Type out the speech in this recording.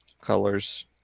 colors